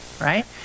Right